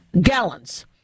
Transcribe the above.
gallons